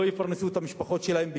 לא יפרנסו את המשפחות שלהם בכבוד,